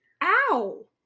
Ow